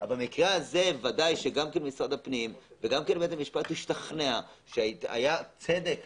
אבל במקרה הזה גם משרד הפנים ובית המשפט השתכנע שהיה צדק